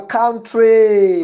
country